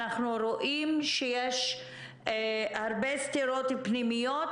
אנחנו רואים שיש הרבה סתירות פנימיות,